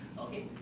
Okay